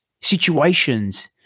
situations